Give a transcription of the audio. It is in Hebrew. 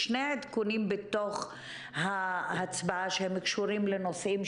שני עדכונים בתוך ההצבעה שקשורים לנושאים,